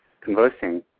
conversing